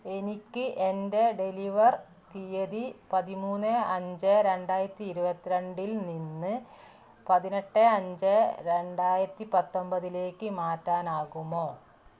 എനിക്ക് എന്റെ ഡെലിവർ തീയതി പതിമൂന്ന് അഞ്ച് രണ്ടായിരത്തി ഇരുപത്തിരണ്ടിൽ നിന്ന് പതിനെട്ട് അഞ്ച് രണ്ടായിരത്തിപത്തൊമ്പതിലേക്ക് മാറ്റാനാകുമോ